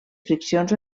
friccions